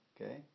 okay